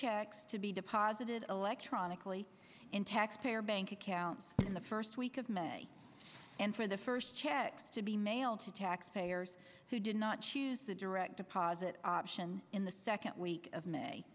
checks to be deposited electronically in taxpayer bank accounts in the first week of may and for the first checks to be mailed to taxpayers who did not choose the direct deposit option second week of may